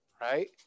right